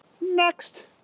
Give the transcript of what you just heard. Next